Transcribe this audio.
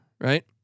right